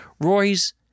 Roy's